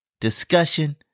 discussion